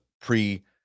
pre